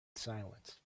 silence